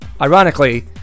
Ironically